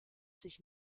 sich